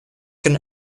can